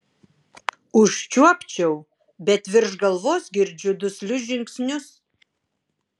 užčiuopčiau bet virš galvos girdžiu duslius žingsnius